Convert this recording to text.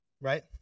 right